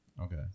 Okay